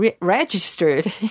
registered